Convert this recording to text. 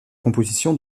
composition